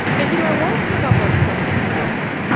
and you know i want to p ick up on something else.